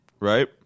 right